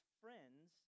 friends